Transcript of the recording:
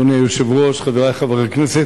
אדוני היושב-ראש, חברי חברי הכנסת,